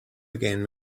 began